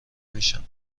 میشم